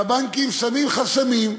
והבנקים שמים חסמים.